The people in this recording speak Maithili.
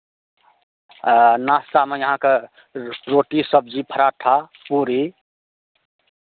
नाश्तामे अहाँके रोटी सबजी पराठा पूड़ी